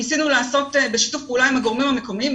ניסינו לעשות בשיתוף פעולה עם הגורמים מקומיים,